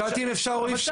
שאלתי אם אפשר או אי אפשר.